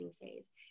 phase